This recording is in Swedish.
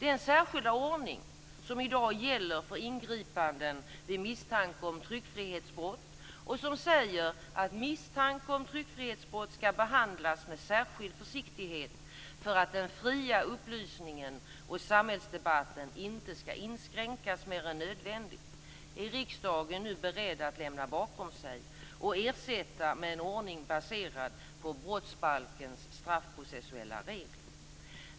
Den särskilda ordning som i dag gäller för ingripanden vid misstanke om tryckfrihetsbrott och som säger att misstanke om tryckfrihetsbrott skall behandlas med särskild försiktighet för att den fria upplysningen och samhällsdebatten inte skall inskränkas mer än nödvändigt är riksdagen nu beredd att lämna bakom sig och ersätta med en ordning baserad på brottsbalkens straffprocessuella regler.